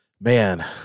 Man